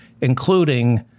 including